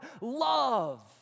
Love